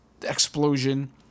explosion